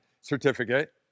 certificate